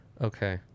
Okay